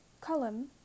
column